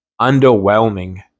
underwhelming